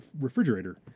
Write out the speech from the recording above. refrigerator